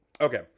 Okay